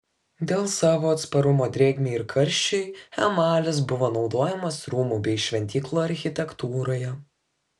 dėl savo atsparumo drėgmei ir karščiui emalis buvo naudojamas rūmų bei šventyklų architektūroje